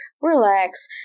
relax